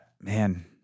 Man